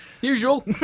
Usual